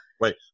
wait